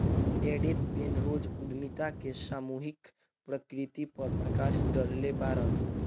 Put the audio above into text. Edith Penrose उद्यमिता के सामूहिक प्रकृति पर प्रकश डलले बाड़न